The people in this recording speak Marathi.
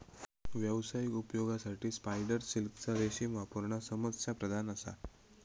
व्यावसायिक उपयोगासाठी स्पायडर सिल्कचा रेशीम वापरणा समस्याप्रधान असा